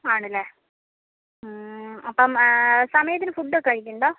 ആണല്ലേ അപ്പോൾ സമയത്തിന് ഫുഡൊക്കെ കഴിക്കുന്നുണ്ടോ